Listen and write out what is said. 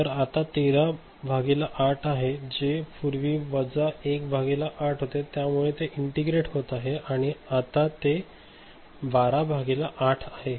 तर आता 13 बाय 8 आहे जे पूर्वी वजा 1 भागिले 8 होते त्यामुळे ते इंटिग्रेट होत आहे आणि आता 12 बाय 8 आहे